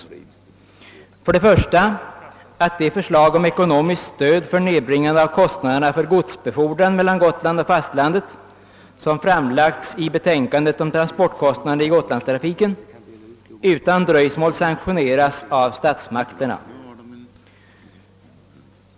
Den första förutsättningen är att det förslag om ekonomiskt stöd för nedbringande av kostnaderna för godsbefordran mellan Gotland och fastlandet, som framlagts i betänkandet om transportkostnader i Gotlandstrafiken, utan dröjsmål sanktioneras av statsmak terna.